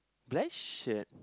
black shirt